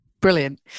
Brilliant